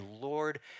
Lord